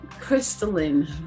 crystalline